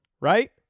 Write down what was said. right